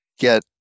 get